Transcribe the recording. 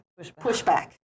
pushback